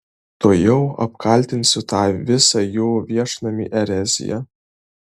tuojau apkaltinsiu tą visą jų viešnamį erezija